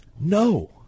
no